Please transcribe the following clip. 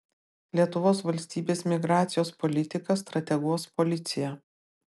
lietuvos valstybės migracijos politiką strateguos policija